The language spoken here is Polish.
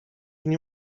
nie